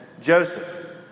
Joseph